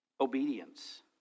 Obedience